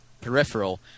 peripheral